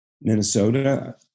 Minnesota